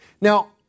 Now